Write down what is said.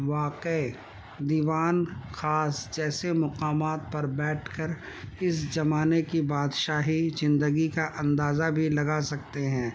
واقع دیوان خاص جیسے مقامات پر بیٹھ کر اس زمانے کی بادشاہی زندگی کا اندازہ بھی لگا سکتے ہیں